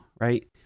right